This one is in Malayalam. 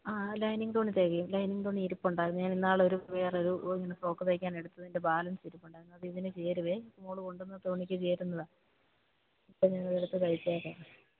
ആ ലൈനിങ് തുണി തികയും ലൈനിങ് തുണി ഇരിപ്പുണ്ടായിരുന്നു ഞാനിന്നാളൊരു വേറെയൊരു ഇങ്ങനെ ഫ്രോക്ക് തയ്ക്കാനെടുത്തതിൻ്റെ ബാലൻസിരിപ്പുണ്ടായിരുന്നു അതിതിന് ചേരും മോള് കൊണ്ടുവന്ന തുണിക്ക് ചേരുന്നതാണ് അപ്പോള് ഞാനതെടുത്ത് തയ്ച്ചേക്കാം